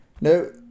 No